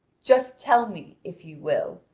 just tell me, if you will,